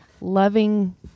loving